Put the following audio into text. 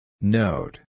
Note